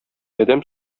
адәм